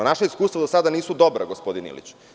Naša iskustva do sada nisu dobra gospodine Iliću.